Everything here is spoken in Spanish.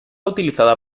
utilizada